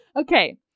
okay